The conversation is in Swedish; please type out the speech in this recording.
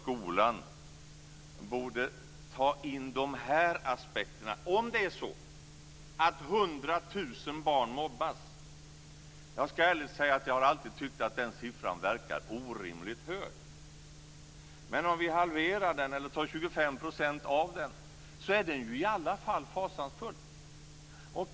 Skolan borde ta in dessa aspekter. 100 000 barn mobbas - jag ska ärligt säga att jag alltid har tyckt att den siffran har verkat orimligt hög, men om vi halverar den så är den i alla fall fasansfull.